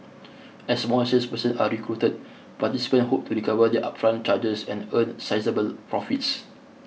as more salespersons are recruited participants hope to recover their upfront charges and earn sizeable profits